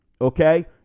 okay